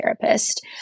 therapist